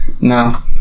No